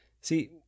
See